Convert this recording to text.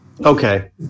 Okay